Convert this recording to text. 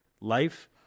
life